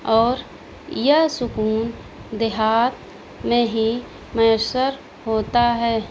اور یہ سکون دیہات میں ہی میسر ہوتا ہے